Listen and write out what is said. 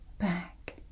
back